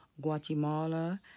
guatemala